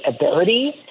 ability